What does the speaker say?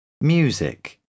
music